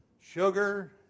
sugar